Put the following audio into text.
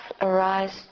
arise